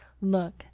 Look